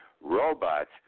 robots